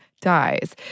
Dies